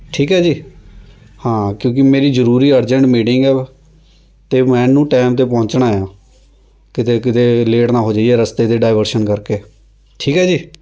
ਠੀਕ ਹੈ ਜੀ ਹਾਂ ਕਿਉਂਕਿ ਮੇਰੀ ਜ਼ਰੂਰੀ ਅਰਜੈਂਟ ਮੀਟਿੰਗ ਹੈ ਅਤੇ ਮੈਨੂੰ ਟਾਇਮ 'ਤੇ ਪਹੁੰਚਣਾ ਆ ਕਿਤੇ ਕਿਤੇ ਲੇਟ ਨਾ ਹੋ ਜਾਈਏ ਰਸਤੇ 'ਤੇ ਡਾਈਵਰਸ਼ਨ ਕਰਕੇ ਠੀਕ ਹੈ ਜੀ